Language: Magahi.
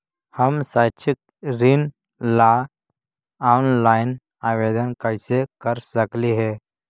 हम शैक्षिक ऋण ला ऑनलाइन आवेदन कैसे कर सकली हे?